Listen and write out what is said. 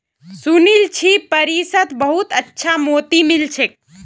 सुनील छि पेरिसत बहुत अच्छा मोति मिल छेक